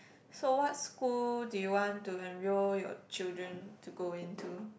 so what school do you want to enroll your children to go into